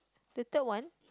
the third one